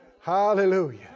Hallelujah